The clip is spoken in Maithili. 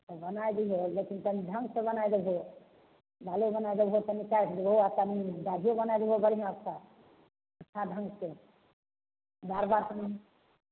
तऽ बनाय दीहो लेकिन तनी ढङ्ग से बनाए देबहो बालो बनाए देबहो तनी काटि देबहो अपन दाढ़ीओ बनाय देबहो बढ़िआँसँ अच्छा अच्छा ढङ्ग से बार बार